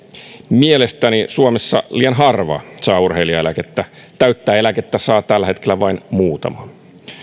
mielestäni suomessa liian harva saa urheilijaeläkettä täyttä eläkettä saa tällä hetkellä vain muutama